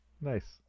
Nice